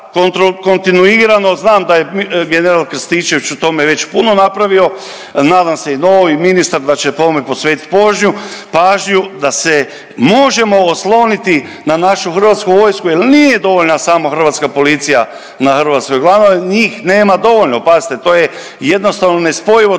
znam da je general Krstičević u tome već puno napravio, nadam se i novi ministar da će tome posvetit pažnju, da se možemo osloniti na našu Hrvatsku vojsku nije dovoljna samo hrvatska policija na hrvatskoj .../Govornik se ne razumije./... njih nema dovoljno. Pazite, to je jednostavno nespojivo da